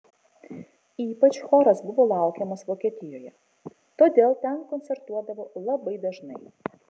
ypač choras buvo laukiamas vokietijoje todėl ten koncertuodavo labai dažnai